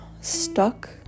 stuck